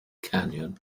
canyon